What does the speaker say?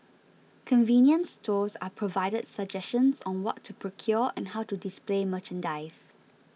convenience stores are provided suggestions on what to procure and how to display merchandise